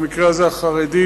במקרה הזה החרדים,